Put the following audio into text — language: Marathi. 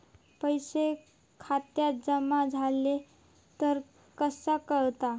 पैसे खात्यात जमा झाले तर कसा कळता?